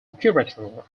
curator